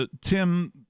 Tim